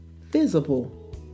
visible